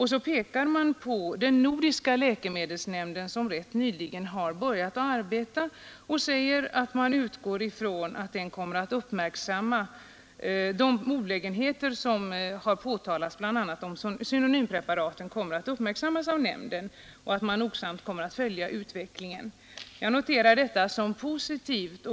Man pekar på den Onsdagen den nordiska läkemedelsnämnden, som rätt nyligen har börjat arbeta och 1 november 1972 framhåller, att man utgår från att denna nämnd kommer att uppmärk —L — samma de olägenheter som har påtalats, bl.a. beträffande synonymprepa Villkoren för raten, och nogsamt kommer att följa utvecklingen. Jag noterar detta som positivt.